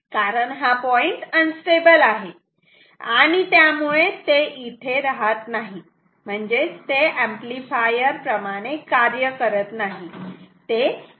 कारण हा point unstable आहे आणि त्यामुळे ते इथे राहत नाही म्हणजेच ते एम्पलीफायर प्रमाणे कार्य करत नाही